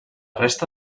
resta